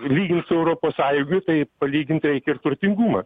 lygint su europos sąjunga tai palygint reikia ir turtingumą